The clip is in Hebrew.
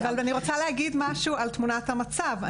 אז אני רוצה להגיד משהו על תמונת המצב.